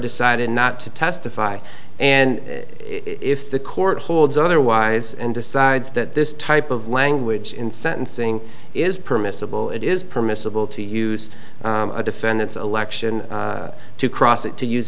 decided not to testify and if the court holds otherwise and decides that this type of language in sentencing is permissible it is permissible to use a defendant's election to cross it to use